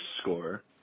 score